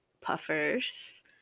puffers